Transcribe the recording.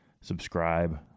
subscribe